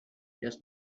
does